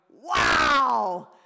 Wow